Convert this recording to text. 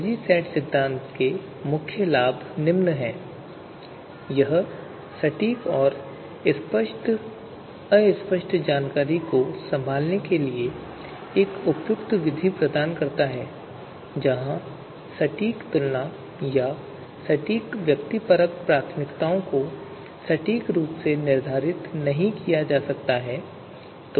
fuzzy set सिद्धांत के मुख्य लाभ हैं यह सटीक और अस्पष्ट जानकारी को संभालने के लिए एक उपयुक्त विधि प्रदान करता है जहां सटीक तुलना या सटीक व्यक्तिपरक प्राथमिकताओं को सटीक रूप से निर्धारित नहीं किया जा सकता है